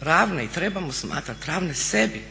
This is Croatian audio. ravne i trebamo smatrati ravne sebi